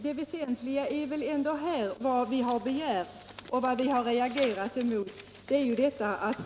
Det väsentliga är väl ändå vad vi har presenterat i vår reservation och vad vi har reagerat mot i utskottets skrivning.